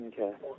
Okay